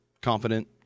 confident